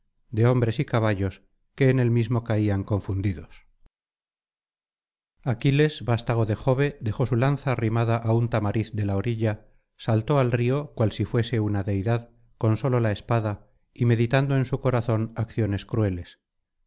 de hombres y caballos que en el mismo caían confundidos aquiles vastago de jove dejó su lanza arrimada á un tamariz de la orilla saltó al río cual si fue e una deidad con sólo la espada y meditando en su corazón acciones crueles